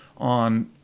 On